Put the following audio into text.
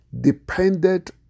depended